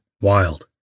Wild